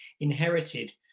inherited